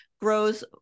grows